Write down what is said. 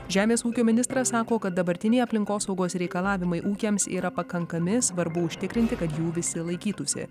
žemės ūkio ministras sako kad dabartiniai aplinkosaugos reikalavimai ūkiams yra pakankami svarbu užtikrinti kad jų visi laikytųsi